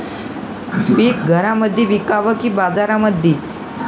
पीक घरामंदी विकावं की बाजारामंदी?